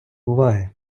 уваги